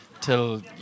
till